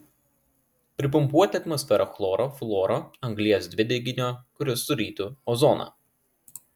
pripumpuoti atmosferą chloro fluoro anglies dvideginio kuris surytų ozoną